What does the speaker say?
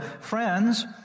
friends